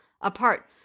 apart